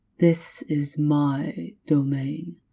this is my domain.